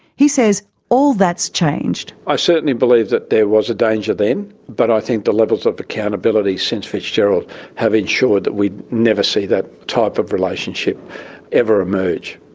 he says all that's changed. i certainly believe that there was a danger then but i think the levels of accountability since fitzgerald have ensured that we never see that type of relationship ever emerge.